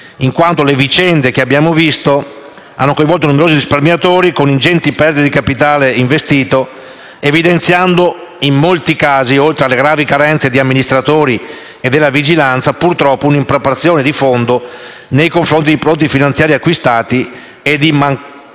in quanto le vicende che abbiamo visto hanno coinvolto numerosi risparmiatori, con ingenti perdite di capitale investito, evidenziando in molti casi, oltre alle gravi carenze degli amministratori e della vigilanza, una impreparazione di fondo nei confronti dei prodotti finanziari acquistati e la mancanza